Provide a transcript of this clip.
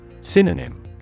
Synonym